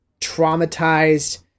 traumatized